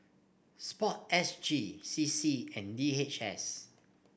sport S G C C and D H S